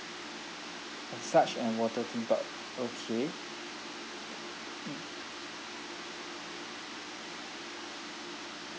massage and water theme park okay mm